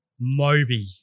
moby